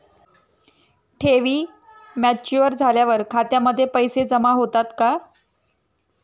ठेवी मॅच्युअर झाल्यावर खात्यामध्ये पैसे जमा होतात का?